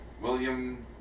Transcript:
William